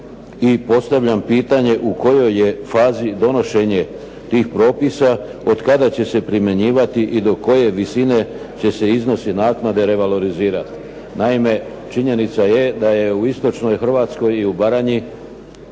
I postavljam pitanje, u kojoj je fazi donošenje tih propisa, od kada će se primjenjivati i do koje visine će se iznosi naknade revalorizirati? Naime, činjenica je da je u istočnoj Hrvatskoj i u Baranji